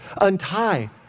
Untie